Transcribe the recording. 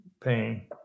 pain